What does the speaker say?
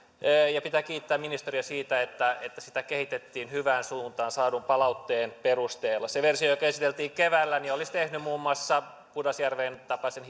pitää kiittää ministeriä siitä että että sitä kehitettiin hyvään suuntaan saadun palautteen perusteella se versio joka esiteltiin keväällä olisi tehnyt muun muassa pudasjärven tapaisen